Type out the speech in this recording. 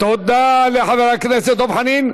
תודה לחבר הכנסת דב חנין.